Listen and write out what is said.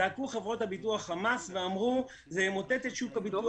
זעקו חברות הביטוח חמס ואמרו שזה ימוטט את שוק הביטוח,